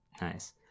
Nice